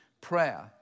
prayer